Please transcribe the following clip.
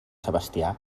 sebastià